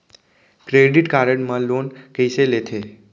Credit card मा loan कइसे लेथे?